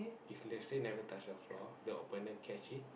if let's say never touch the floor the opponent catch it